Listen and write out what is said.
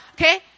Okay